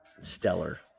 stellar